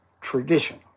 tradition